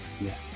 Yes